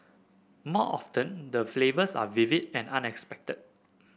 more often them the flavours are vivid and unexpected